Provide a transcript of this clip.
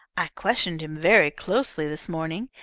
i questioned him very closely this morning.